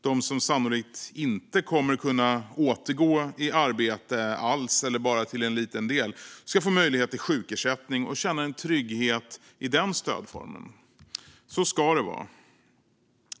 De som sannolikt inte kommer att kunna återgå i arbete alls eller bara kan återgå till en liten del ska få möjlighet till sjukersättning och känna en trygghet i den stödformen. Så ska det vara.